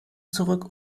zurück